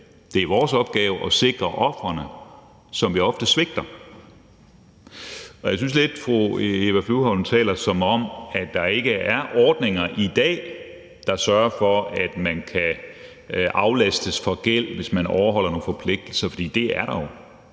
Det er vores opgave at sikre ofrene, som vi ofte svigter. Jeg synes, fru Eva Flyvholm lidt taler, som om der ikke er ordninger i dag, der sørger for, at man kan aflastes for gæld, hvis man overholder nogle forpligtelser, for det er der jo.